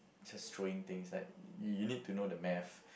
just throwing things like you need to know the math